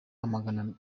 amagambo